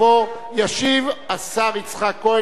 ישיב השר יצחק כהן, סגן שר האוצר.